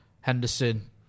Henderson